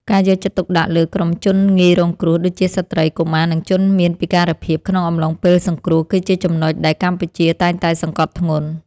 ការយកចិត្តទុកដាក់លើក្រុមជនងាយរងគ្រោះដូចជា ស្ត្រី កុមារ និងជនមានពិការភាពក្នុងអំឡុងពេលសង្គ្រោះ គឺជាចំណុចដែលកម្ពុជាតែងតែសង្កត់ធ្ងន់។